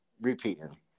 repeating